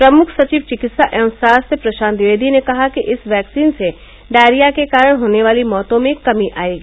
प्रमुख सचिव चिकित्सा एवं स्वास्थ्य प्रशांत द्विवेदी ने कहा कि इस वैक्सीन से डायरिया के कारण होने वाली मौतों में कमी आयेगी